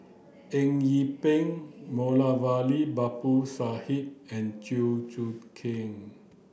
Eng Yee Peng Moulavi Babu Sahib and Chew Choo Keng